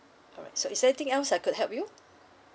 alright so is there anything else I could help you